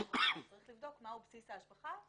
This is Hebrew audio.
צריך לבדוק מה הוא בסיס ההשבחה.